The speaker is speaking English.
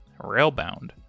Railbound